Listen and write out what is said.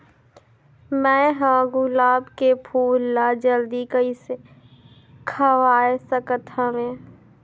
मैं ह गुलाब के फूल ला जल्दी कइसे खवाय सकथ हवे?